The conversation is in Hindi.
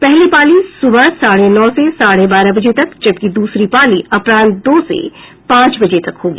पहली पाली सुबह साढ़े नौ से साढ़े बारह बजे तक जबकि दूसरी पाली अपराहन दो से पांच बजे तक होगी